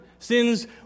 Sin's